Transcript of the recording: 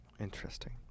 Interesting